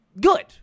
good